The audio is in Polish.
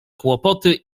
kłopoty